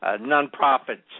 non-profits